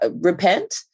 repent